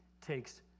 takes